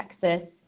Texas